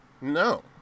No